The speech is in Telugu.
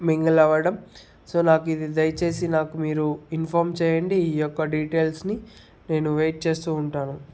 మింగిల్ అవ్వడం సో నాకు ఇది దయచేసి నాకు మీరు ఇన్ఫార్మ్ చేయండి ఈ యొక్క డీటెయిల్స్ని నేను వెయిట్ చేస్తూ ఉంటాను